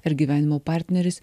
ar gyvenimo partneris